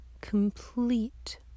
complete